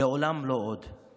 "לעולם לא עוד";